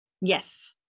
Yes